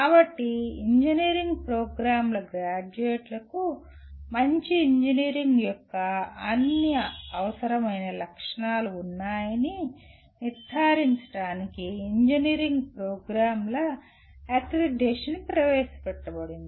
కాబట్టి ఇంజనీరింగ్ ప్రోగ్రామ్ల గ్రాడ్యుయేట్లకు మంచి ఇంజనీర్ యొక్క అన్ని అవసరమైన లక్షణాలు ఉన్నాయని నిర్ధారించడానికి ఇంజనీరింగ్ ప్రోగ్రామ్ల అక్రిడిటేషన్ ప్రవేశపెట్టబడింది